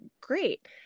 great